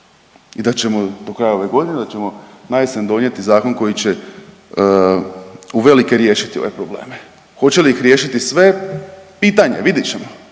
i da ćemo do kraja ove godine, da ćemo najesen donijeti zakon koji će uvelike riješiti ove probleme, hoće li ih riješiti sve pitanje je, vidjet ćemo,